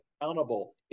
accountable